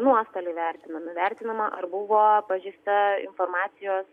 nuostoliai vertinami vertinama ar buvo pažeista informacijos